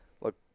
look